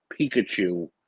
Pikachu